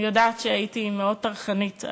אני יודעת שהייתי מאוד טרחנית,